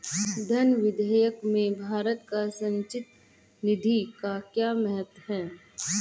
धन विधेयक में भारत की संचित निधि का क्या महत्व है?